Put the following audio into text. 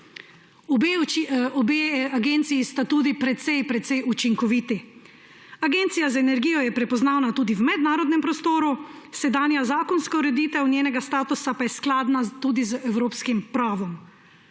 Obe agenciji sta tudi precej precej učinkoviti. Agencija za energijo je prepoznavna tudi v mednarodnem prostoru, sedanja zakonska ureditev njenega statusa pa je skladna tudi z evropskim pravom.